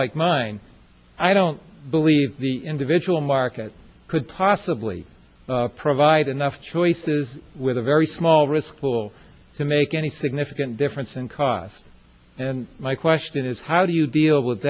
mine i don't believe the individual market could possibly provide enough choices with a very small risk pool to make any significant difference in cost and my question is how do you deal with